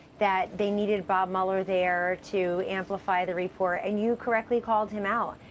that they needed bob mueller there to amplify the report. and you correctly called him out.